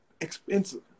expensive